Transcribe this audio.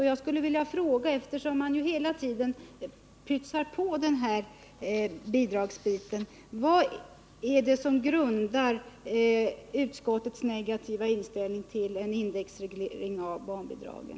Och eftersom man hela tiden pytsar på bidragsbiten skulle jag vilja fråga vad grunden är till utskottets negativa inställning till en indexreglering av barnbidragen.